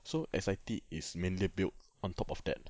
so S_I_T is mainly built on top of that